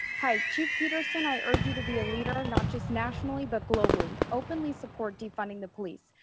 hi, chief peterson i urge you to be a leader, not just nationally but globally. openly support defunding the police.